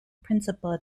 principal